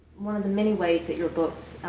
one of the many ways that your books